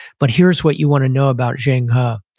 but here's what you want to know about zheng he,